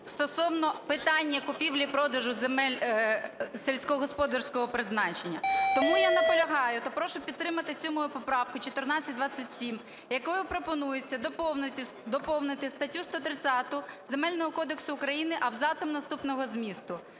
стосовно питання купівлі-продажу земель сільськогосподарського призначення. Тому я наполягаю та прошу підтримати цю мою поправку 1427, якою пропонується доповнити статтю 130 Земельного кодексу України абзацом наступного змісту: